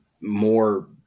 more